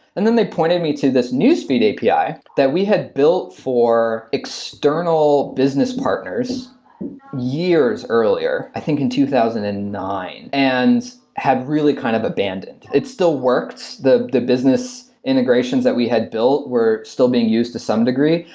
and then they pointed me to this newsfeed api that we had built for external business partners years earlier, i think in two thousand and nine, and had really kind of abandoned. it still works. the the business immigrations that we had built were still being used to some degree,